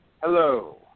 Hello